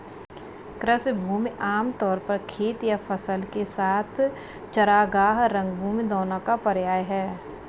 कृषि भूमि आम तौर पर खेत या फसल के साथ चरागाह, रंगभूमि दोनों का पर्याय है